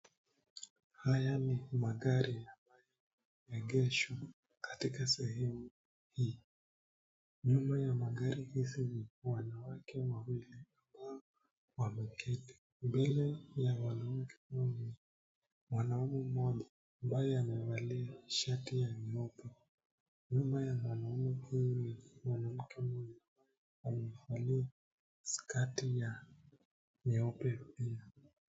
Haya ni magari ambayo yameegeshwa katika sehemu hii. Nyuma ya magari hizi ni wanawake wawili wameketi na mbele yao kuna mwanaume mmoja aliyevalia shati ya nyeupe na nyuma yake ni mwanamke aliyevalia sketi ya nyeupe pia.